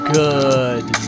good